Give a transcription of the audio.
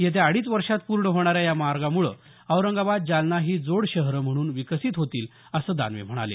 येत्या अडीच वर्षात पूर्ण होणाऱ्या या मार्गामुळे औरंगाबाद जालना ही जोडशहरं म्हणून विकसित होतील असं दानवे म्हणाले